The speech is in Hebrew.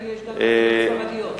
האם יש גם תלמידות ספרדיות?